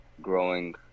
growing